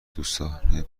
دوستانه